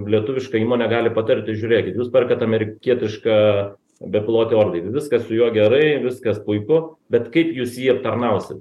lietuviška įmonė gali patarti žiūrėkit jūs perkat amerikietišką bepilotį orlaivį viskas su juo gerai viskas puiku bet kaip jūs jį aptarnausit